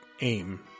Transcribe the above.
aim